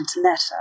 letter